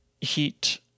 heat